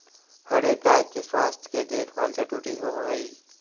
हर एक गाय के स्वास्थ्य के देखभाल जरूरी होब हई